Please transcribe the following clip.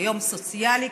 כיום סוציאלי,